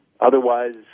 otherwise